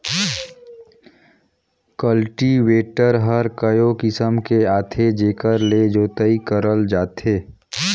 cultivator हर कयो किसम के आथे जेकर ले जोतई करल जाथे